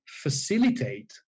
facilitate